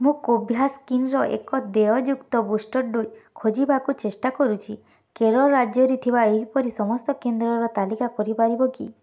ମୁଁ କୋଭ୍ୟାକ୍ସିନର ଏକ ଦେୟଯୁକ୍ତ ବୁଷ୍ଟର୍ ଡୋଜ୍ ଖୋଜିବାକୁ ଚେଷ୍ଟା କରୁଛି କେରଳ ରାଜ୍ୟରେ ଥିବା ଏହିପରି ସମସ୍ତ କେନ୍ଦ୍ରର ତାଲିକା କରିପାରିବ କି